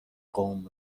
قوم